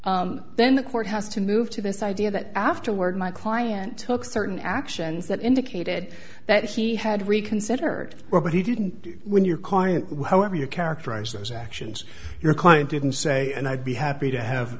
then the court has to move to this idea that afterward my client took certain actions that indicated that he had reconsidered well but he didn't do when your current however you characterize those actions your client didn't say and i'd be happy to have